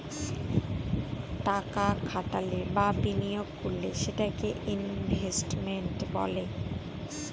টাকা খাটালে বা বিনিয়োগ করলে সেটাকে ইনভেস্টমেন্ট বলে